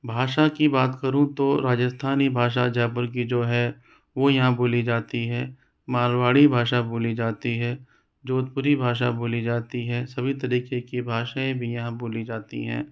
भाषा की बात करूँ तो राजस्थानी भाषा जयपुर की जो है वो यहाँ बोली जाती है मारवाड़ी भाषा बोली जाती है जोधपुरी भाषा बोली जाती है सभी तरीके की भाषाएं भी यहाँ बोली जाती हैं